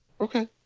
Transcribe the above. Okay